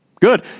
Good